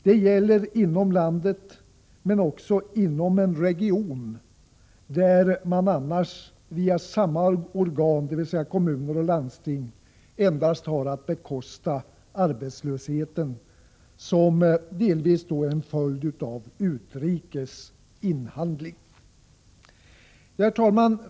Det gäller inom landet, men det gäller också inom en region där man annars via samma organ — dvs. kommuner och landsting — har att bekosta arbetslösheten, som delvis är en följd av utrikes ”inhandling”. Herr talman!